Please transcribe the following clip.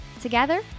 Together